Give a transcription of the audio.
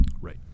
Right